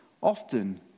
often